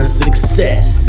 success